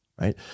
right